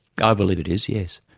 i believe it is. yes.